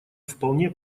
вполне